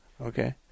Okay